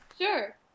Sure